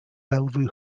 bellevue